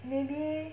maybe